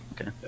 okay